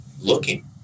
looking